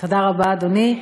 תודה רבה, אדוני,